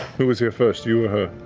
who was here first, you or her?